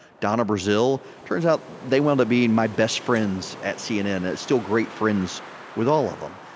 donna brazile turns out they wound up being my best friends at cnn still great friends with all of them,